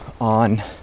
on